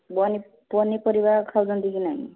ପନିପରିବା ଖାଉଛନ୍ତି କି ନାହିଁ